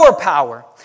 power